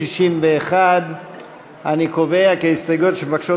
61. אני קובע כי ההסתייגויות שמבקשות